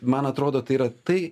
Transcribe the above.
man atrodo tai yra tai